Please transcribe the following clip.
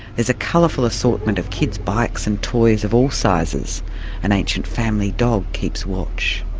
there's a colourful assortment of kids' bikes and toys of all sizes an ancient family dog keeps watch.